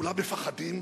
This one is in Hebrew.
כולם מפחדים,